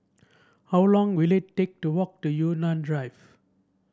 how long will it take to walk to Yunnan Drive